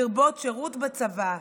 לרבות שירות בצבא,